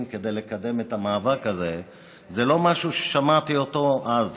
כדי לקדם את המאבק הזה זה לא משהו ששמעתי אותו אז,